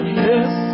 yes